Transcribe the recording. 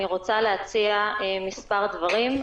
אני רוצה להציע מספר דברים.